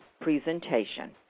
presentation